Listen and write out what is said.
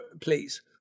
please